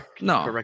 no